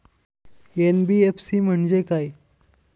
NBFC म्हणजे काय?